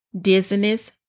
dizziness